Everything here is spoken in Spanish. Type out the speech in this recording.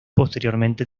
posteriormente